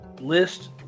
list